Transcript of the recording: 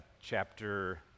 chapter